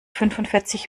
fünfundvierzig